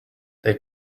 they